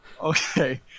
okay